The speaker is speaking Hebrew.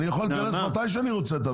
אני יכול לכנס מתי שאני רוצה את הוועדה.